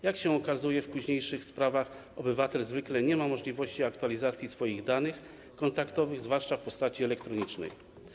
Jak się okazuje, w późniejszych sprawach obywatel zwykle nie ma możliwości aktualizacji swoich danych kontaktowych, zwłaszcza w postaci elektronicznej.